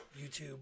YouTube